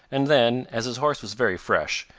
and then, as his horse was very fresh,